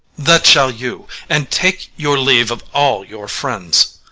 that shall you, and take your leave of all your friends.